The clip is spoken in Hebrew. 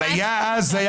אבל אז היה חוק,